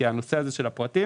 כי יש לו השפעה.